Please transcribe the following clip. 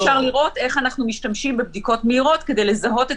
כן אפשר לראות איך אנחנו משתמשים בבדיקות מהירות כדי לזהות את